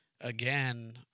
again